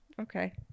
Okay